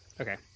Okay